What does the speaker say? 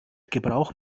gebrauch